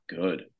good